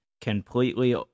completely